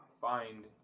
find